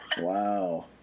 Wow